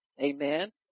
Amen